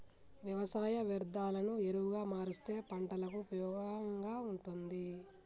వ్యవసాయ వ్యర్ధాలను ఎరువుగా మారుస్తే పంటలకు ఉపయోగంగా ఉంటుంది